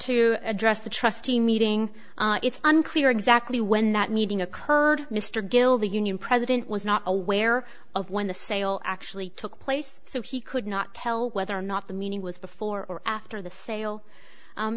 to address the trustee meeting it's unclear exactly when that meeting occurred mr gill the union president was not aware of when the sale actually took place so he could not tell whether or not the meaning was before or after the sale